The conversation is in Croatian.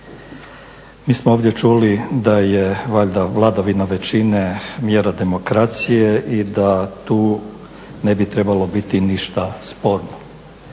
Mi smo ovdje čuli da je valjda vladavina većine mjera demokracije i da tu ne bi trebalo biti ništa sporno.